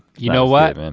you know what?